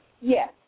Yes